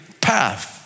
path